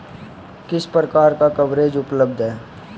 किस प्रकार का कवरेज उपलब्ध है?